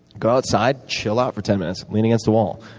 go outside, chill out for ten minutes, lean against a wall,